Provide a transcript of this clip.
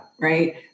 Right